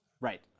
Right